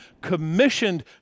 commissioned